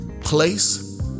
place